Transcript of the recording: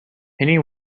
penny